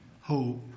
hope